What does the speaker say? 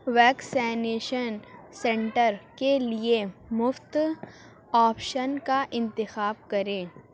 vaccination centre کے لیے مفت آپشن کا انتخاب کریں